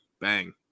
Bang